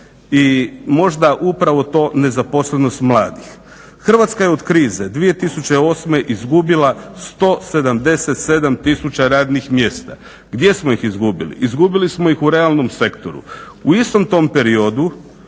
i možda upravo to nezaposlenost mladih. Hrvatska je od krize 2008. izgubila 177 tisuća radnih mjesta. Gdje smo ih izgubili? Izgubili smo ih u realnom sektoru. U istom tom periodu